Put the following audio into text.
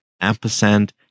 ampersand